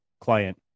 client